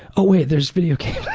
oh wait, there's video games.